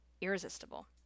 irresistible